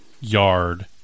yard